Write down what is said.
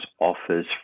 offers